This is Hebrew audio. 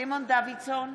סימון דוידסון,